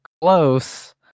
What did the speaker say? close